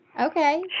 Okay